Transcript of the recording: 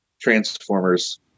Transformers